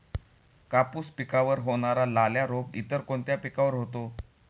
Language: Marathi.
कापूस पिकावर होणारा लाल्या रोग इतर कोणत्या पिकावर होतो?